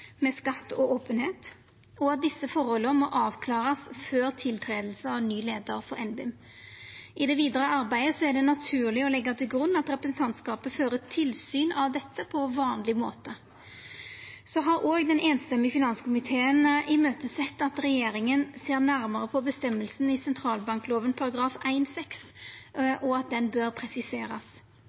med skatt og openheit, og at desse forholda må vera avklara før tiltreding av ny leiar for NBIM I det vidare arbeidet er det naturleg å leggja til grunn at representantskapet fører tilsyn med dette på vanleg måte. Ein samrøystes finanskomité har òg sett fram til at regjeringa ser nærmare på føresegnene i sentralbanklova § 1-6, og at det bør presiserast.